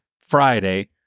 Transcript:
Friday